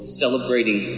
celebrating